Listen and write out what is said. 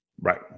Right